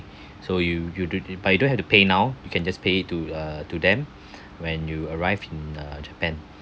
so you you don~ but you don't have to pay now you can just pay to uh to them when you arrived in uh japan